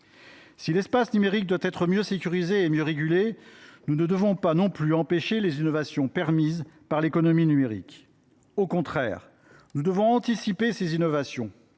Si l’espace numérique doit être mieux sécurisé et mieux régulé, nous ne devons pas non plus empêcher les innovations permises par l’économie numérique. Au contraire, nous devons anticiper ces innovations,